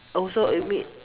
also a bit